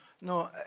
no